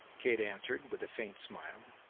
kate answered, with a faint smile.